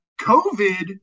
COVID